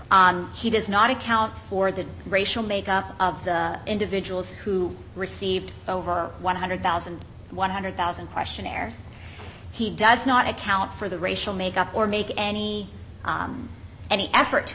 that he does not account for the racial make up of individuals who received over one hundred thousand one hundred thousand questionnaires he does not account for the racial makeup or make any any effort to